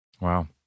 Wow